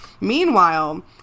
Meanwhile